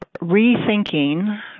rethinking